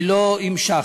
לא המשכנו.